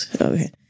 Okay